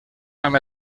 amb